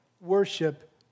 worship